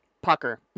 Pucker